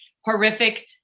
horrific